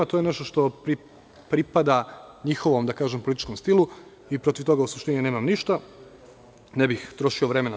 To je nešto što pripada njihovom političkom stilu i protiv toga u suštini nemam ništa, ne bih trošio vreme na to.